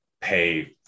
pay